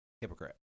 Hypocrite